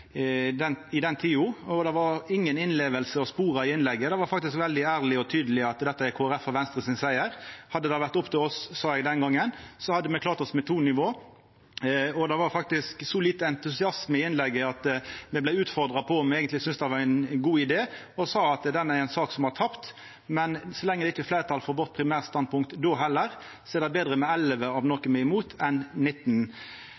i den tida. Det var inga innleving å spora i innlegget, eg var faktisk veldig ærleg og tydeleg på at dette var Kristeleg Folkeparti og Venstre sin siger. Hadde det vore opp til oss, sa eg den gongen, hadde me klart oss med to nivå, og det var faktisk så lite entusiasme i innlegget at då eg vart utfordra på om eg eigentleg syntest det var ein god idé, sa eg at det var ei sak som var tapt, men at så lenge det ikkje var fleirtal for vårt primærstandpunkt då heller, var det betre med 11 av